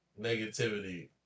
negativity